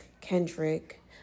Kendrick